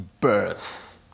birth